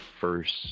first